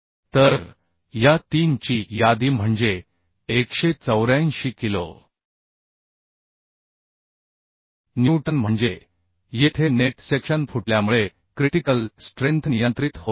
तर या 3 ची यादी म्हणजे 184 किलो न्यूटन म्हणजे येथे नेट सेक्शन फुटल्यामुळे क्रिटिकल स्ट्रेंथ नियंत्रित होत आहे